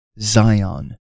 Zion